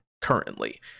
currently